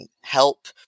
help